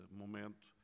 momento